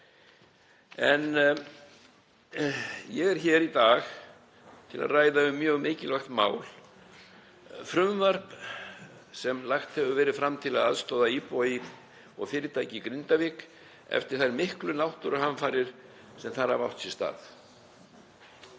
Ég er hér í dag til að ræða um mjög mikilvægt mál, frumvarp sem lagt hefur verið fram til að aðstoða íbúa og fyrirtæki í Grindavík eftir þær miklu náttúruhamfarir sem þar hafa átt sér stað.